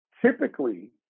Typically